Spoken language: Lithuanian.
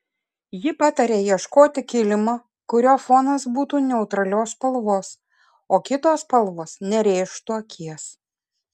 ji pataria ieškoti kilimo kurio fonas būtų neutralios spalvos o kitos spalvos nerėžtų akies